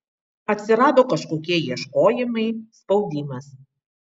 atsirado kažkokie ieškojimai spaudimas